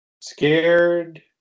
scared